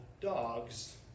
dogs